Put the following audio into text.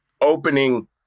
opening